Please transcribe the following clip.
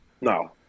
No